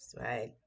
right